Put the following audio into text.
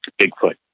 Bigfoot